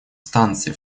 станции